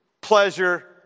pleasure